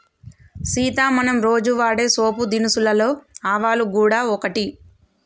సీత మనం రోజు వాడే పోపు దినుసులలో ఆవాలు గూడ ఒకటి